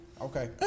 Okay